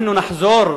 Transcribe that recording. אנחנו נחזור,